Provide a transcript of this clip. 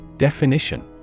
Definition